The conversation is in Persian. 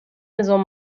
نظام